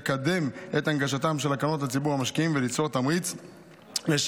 לקדם את הנגשתן של הקרנות לציבור המשקיעים וליצור תמריץ לשיווקן.